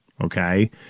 Okay